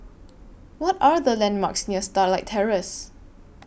What Are The landmarks near Starlight Terrace